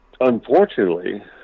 Unfortunately